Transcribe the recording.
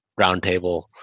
roundtable